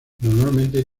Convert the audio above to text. normalmente